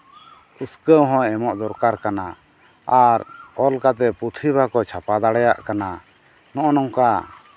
ᱩᱥᱠᱟᱹᱣ ᱦᱚᱸ ᱮᱢᱚᱜ ᱫᱚᱨᱠᱟᱨ ᱠᱟᱱᱟ ᱟᱨ ᱚᱞ ᱠᱟᱛᱮᱫ ᱯᱩᱛᱷᱤ ᱵᱟᱠᱚ ᱪᱷᱟᱯᱟ ᱫᱟᱲᱮᱭᱟᱜ ᱠᱟᱱᱟ ᱱᱚᱜᱼᱚ ᱱᱚᱝᱠᱟ